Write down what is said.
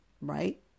right